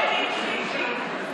שבי, שבי.